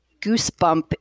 goosebump